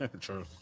True